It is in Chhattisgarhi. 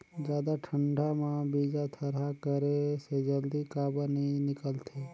जादा ठंडा म बीजा थरहा करे से जल्दी काबर नी निकलथे?